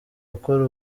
gukora